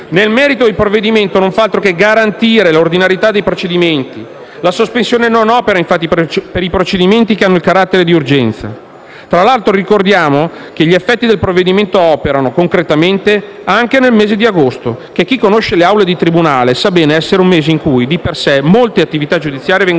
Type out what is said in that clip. Nel merito, il provvedimento non fa altro che garantire l'ordinarietà dei procedimenti. La sospensione non opera infatti per i procedimenti che hanno carattere di urgenza. Tra l'altro, ricordiamo che gli effetti del provvedimento operano concretamente anche ad agosto, che - chi conosce le aule di tribunale lo sa bene - è un mese in cui, di per sé, molte attività giudiziarie vengono sospese